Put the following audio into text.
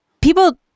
people